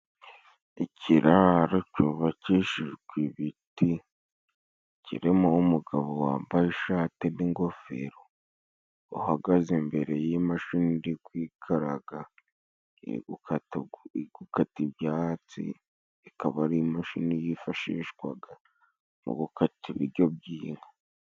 Ikiraro cubakishijweibiti, kirimo umugabo wambaye ishati n'ingofero, uhagaze imbere y'imashini iri kwikaraga, iri gukata ibyatsi, ikaba ari imashini yifashishwaga mu gukata ibijyo by'inka.